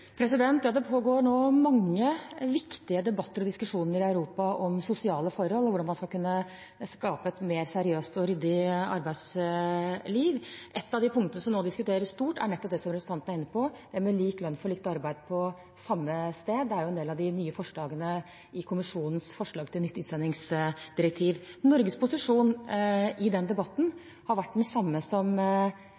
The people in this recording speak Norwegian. Det pågår nå mange viktige debatter i Europa om sosiale forhold og om hvordan man skal skape et mer seriøst og ryddig arbeidsliv. Et av de punktene som nå diskuteres mye, er nettopp det som representanten er inne på, lik lønn for likt arbeid på samme sted. Det er en del av de nye forslagene i EU-kommisjonens forslag til nytt utsendingsdirektiv. Norges posisjon i den debatten